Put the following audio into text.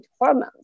hormones